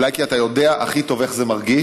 אולי כי אתה יודע הכי טוב איך זה מרגיש.